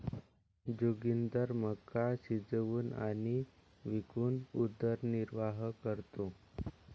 जोगिंदर मका शिजवून आणि विकून उदरनिर्वाह करतो